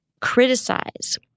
criticize